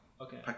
Okay